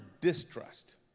distrust